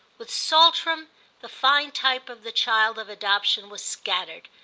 with saltram the fine type of the child of adoption was scattered,